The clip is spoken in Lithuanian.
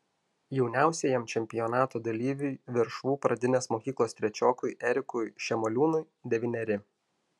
jauniausiajam čempionato dalyviui veršvų pradinės mokyklos trečiokui erikui šemaliūnui devyneri